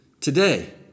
today